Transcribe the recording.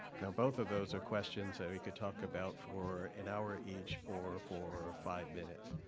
now, both of those are questions so he could talk about for an hour each or for five minutes.